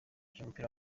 w’umupira